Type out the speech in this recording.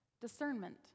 discernment